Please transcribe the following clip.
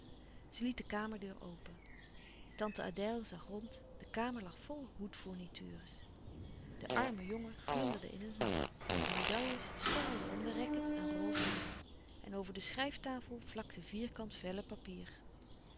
zij liet de kamerdeur open tante adèle zag rond de kamer lag vol hoed fournitures de arme jongen glunderde in een hoek de medailles starrelden om de racket aan roze lint over de schrijftafel vlakten vierkant vellen papier